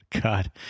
God